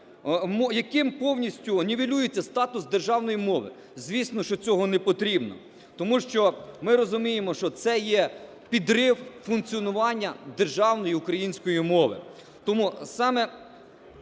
яким повністю нівелюється статус державної мови. Звісно, що цього не потрібно. Тому що ми розуміємо, що це є підрив функціонування державної української мови.